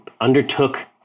undertook